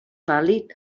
pàl·lid